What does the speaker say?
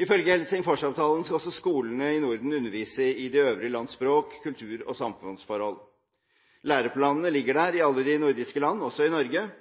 Ifølge Helsingforsavtalen skal også skolene i Norden undervise i de øvrige lands språk, kultur og samfunnsforhold. Læreplanene ligger der i alle de nordiske land, også i Norge,